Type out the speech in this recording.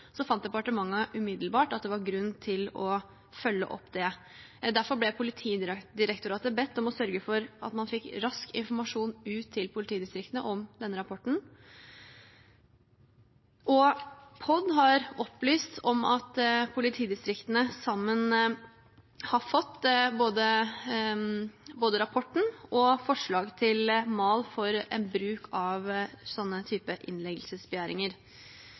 fant departementet umiddelbart at det var grunn til å følge opp det. Derfor ble Politidirektoratet bedt om å sørge for at man fikk rask informasjon ut til politidistriktene om denne rapporten, og POD har opplyst om at politidistriktene har fått både rapporten og forslag til mal for bruk av